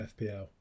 FPL